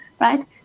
right